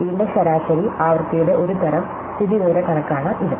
ഇതിന്റെ ശരാശരി ആവൃത്തിയുടെ ഒരുതരം സ്ഥിതിവിവരക്കണക്കാണ് ഇത്